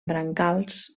brancals